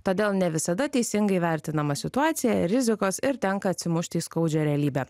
todėl ne visada teisingai įvertinama situacija rizikos ir tenka atsimušti į skaudžią realybę